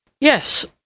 yes